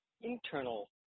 Internal